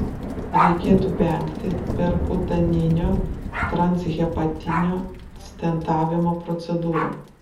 reikėtų vengti perkutaninio transhepatinio stentavimo procedūrų